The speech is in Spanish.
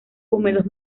húmedos